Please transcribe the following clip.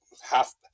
half